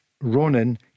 Ronan